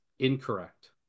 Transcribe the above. Incorrect